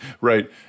Right